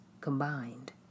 combined